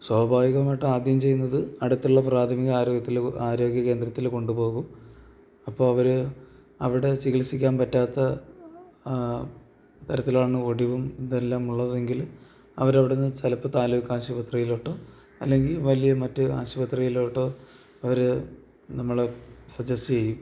സ്വാഭാവികമായിട്ടും ആദ്യം ചെയ്യുന്നത് അടുത്തുള്ള പ്രാഥമിക ആരോഗ്യത്തില് ആരോഗ്യ കേന്ദ്രത്തില് കൊണ്ടുപോകും അപ്പോള് അവര് അവിടെ ചികിത്സിക്കാൻ പറ്റാത്ത തരത്തിലാണ് ഒടിവും ഇതെല്ലാം ഉള്ളതെങ്കില് അവരവിടുന്ന് ചിലപ്പോള് താലൂക്ക് ആശുപത്രിയിലോട്ടോ അല്ലെങ്കിൽ വലിയ മറ്റ് ആശുപത്രിയിലോട്ടോ അവര് നമ്മളെ സജസ്റ്റ്യ്യും